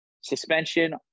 Suspension